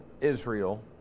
Israel